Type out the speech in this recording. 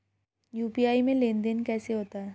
UPI में लेनदेन कैसे होता है?